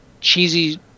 cheesy